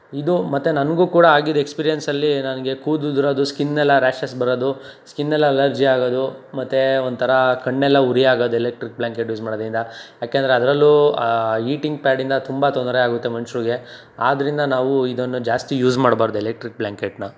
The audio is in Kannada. ಇದು ಮತ್ತು ನನಗೂ ಕೂಡ ಆಗಿದ್ದ ಎಕ್ಸ್ಪೀರಿಯನ್ಸಲ್ಲಿ ನನಗೆ ಕೂದ್ಲು ಉದುರೋದು ಸ್ಕಿನ್ ಎಲ್ಲ ರ್ಯಾಷಸ್ ಬರೋದು ಸ್ಕಿನ್ ಎಲ್ಲ ಅಲರ್ಜಿ ಆಗೋದು ಮತ್ತು ಒಂಥರ ಕಣ್ಣೆಲ್ಲ ಉರಿ ಆಗೋದು ಎಲೆಕ್ಟ್ರಿಕ್ ಬ್ಲ್ಯಾಂಕೆಟ್ ಯೂಸ್ ಮಾಡೋದ್ರಿಂದ ಯಾಕೆಂದರೆ ಅದರಲ್ಲೂ ಹೀಟಿಂಗ್ ಪ್ಯಾಡಿಂದ ತುಂಬ ತೊಂದರೆ ಆಗುತ್ತೆ ಮನುಷ್ಯರ್ಗೆ ಆದ್ದರಿಂದ ನಾವು ಇದನ್ನು ಜಾಸ್ತಿ ಯೂಸ್ ಮಾಡಬಾರ್ದು ಎಲೆಕ್ಟ್ರಿಕ್ ಬ್ಲ್ಯಾಂಕೆಟನ್ನ